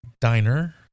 Diner